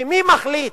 ומי מחליט